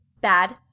Bad